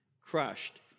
crushed